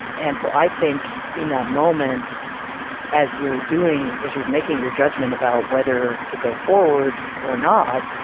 and so i think in that moment as you're doing is you're making your judgment about whether to go forward or not.